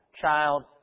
child